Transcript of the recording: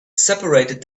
separated